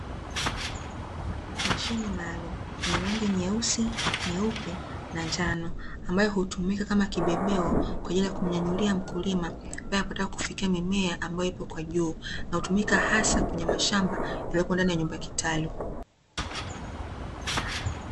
Mashine maalumu yenye rangi nyeusi, nyeupe na njano ambayo hutumika kama kibebeo kwa ajili ya kumnyanyulia mkulima pale anapo anataka kufikia mimea ambayo ipo kwa juu, na hutumika hasa kwenye mashamba yaliyoko ndani ya nyumba kitalu.